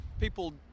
people